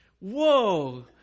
whoa